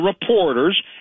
reporters